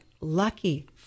lucky